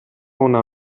una